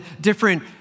different